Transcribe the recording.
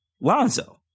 Lonzo